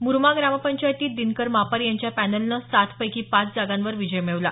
मुरमा ग्रामपंचायतीत दिनकर मापारी यांच्या पॅनलनं सात पैकी पाच जागांवर विजय मिळवला